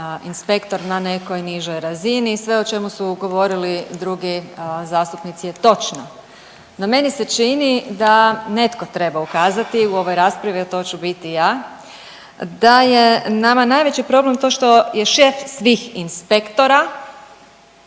inspektor na nekoj nižoj razini. Sve o čemu su govorili drugi zastupnici je točno. No meni se čini da netko treba ukazati u ovoj raspravi, a to ću biti ja, da je nama najveći problem to što je šef svih inspektora